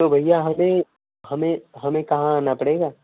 तो भैया हमें हमें हमें कहाँ आना पड़ेगा